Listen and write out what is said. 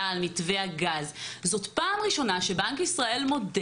על מתווה הגז זאת פעם ראשונה שבנק ישראל מודה